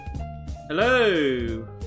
Hello